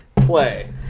Play